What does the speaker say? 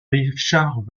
richard